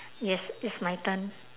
yes it's my turn